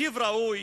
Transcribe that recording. תקציב ראוי